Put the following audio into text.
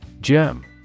Gem